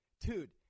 dude